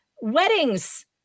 weddings